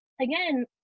again